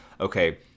okay